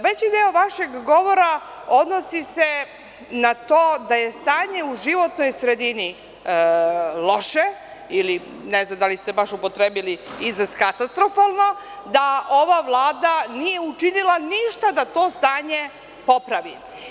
Veći deo vašeg govora odnosi se na to da je stanje u životnoj sredini loše, ne znam da li ste baš upotrebili izraz - katastrofalno, da ova Vlada nije učinila ništa da to stanje popravi.